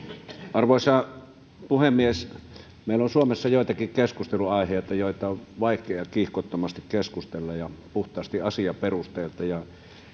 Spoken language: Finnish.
arvoisa puhemies meillä on suomessa joitakin keskustelunaiheita joista on vaikea kiihkottomasti keskustella ja puhtaasti asiaperusteilta